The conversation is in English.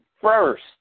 first